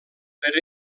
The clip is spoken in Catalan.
per